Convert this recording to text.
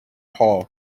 hall